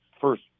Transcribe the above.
first